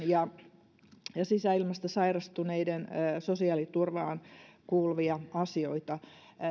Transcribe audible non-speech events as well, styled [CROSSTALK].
[UNINTELLIGIBLE] ja muiden sisäilmasta sairastuneiden sosiaaliturvaan kuuluvia asioita